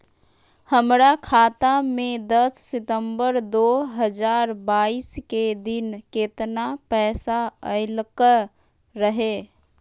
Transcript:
हमरा खाता में दस सितंबर दो हजार बाईस के दिन केतना पैसा अयलक रहे?